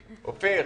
בפוריה.